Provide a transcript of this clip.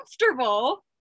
comfortable